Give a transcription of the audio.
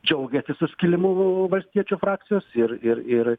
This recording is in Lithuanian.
džiaugiasi suskilimu valstiečių frakcijos ir ir ir